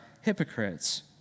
hypocrites